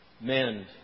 Mend